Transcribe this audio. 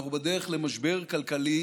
אנחנו בדרך למשבר כלכלי